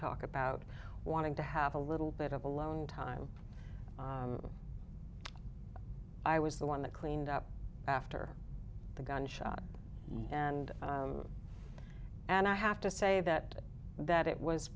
talk about wanting to have a little bit of alone time i was the one that cleaned up after the gunshot and and i have to say that that it was